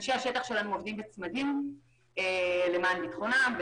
אנשי השטח שלנו עובדים בצמדים למען ביטחונם,